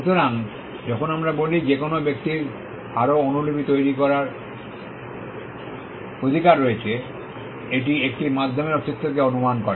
সুতরাং যখন আমরা বলি যে কোনও ব্যক্তির আরও অনুলিপি তৈরি করার অধিকার রয়েছে এটি একটি মাধ্যমের অস্তিত্বকে অনুমান করে